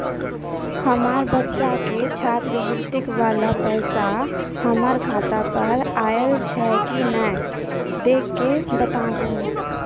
हमार बच्चा के छात्रवृत्ति वाला पैसा हमर खाता पर आयल छै कि नैय देख के बताबू?